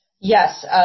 Yes